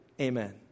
Amen